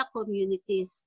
communities